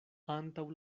antaŭ